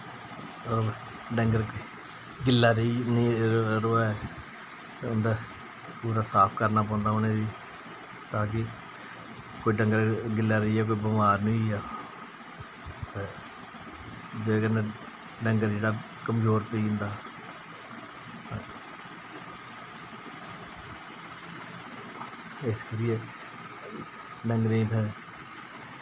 होर डंगर गिल्ला रेही निं रवै उं'दा पूरा साफ करना पौंदा उ'नेंगी तां कि कोई डंगर गिल्ला रेहियै कोई बमार निं होई जा ते जेह्दे कन्नै डंगर जेह्ड़ा कमजोर पेई जंदा इस करियै डंगरें गी फिर